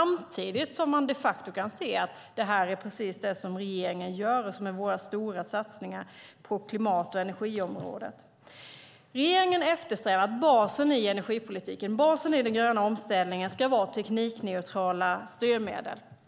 Men de facto kan man se att det här är precis det som vi i regeringen gör i våra satsningar på klimat och energiområdet. Regeringen eftersträvar att basen i energipolitiken och den gröna omställningen ska vara teknikneutrala styrmedel.